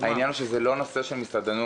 העניין הוא לא רק מסעדנות,